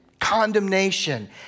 condemnation